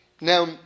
Now